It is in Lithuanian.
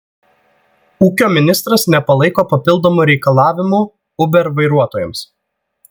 ūkio ministras nepalaiko papildomų reikalavimų uber vairuotojams